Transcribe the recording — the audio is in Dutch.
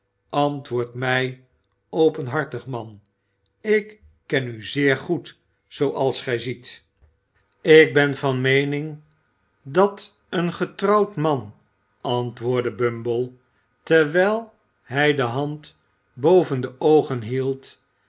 antwoord mij openhartig man ik ken u zeer goed zooals gij ziet ik ben van meening dat een getrouwd man antwoordde bumble terwijl hij de hand boven de oogen hield